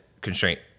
constraint